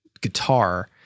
guitar